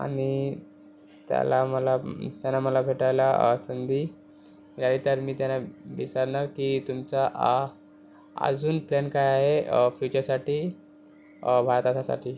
आणि त्याला मला त्याना मला भेटायला संधी राहील तर मी त्यांना मी सांगणार की तुमचा आ आजून प्लॅन काय आहे फ्यूचरसाती भारतातासाठी